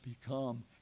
become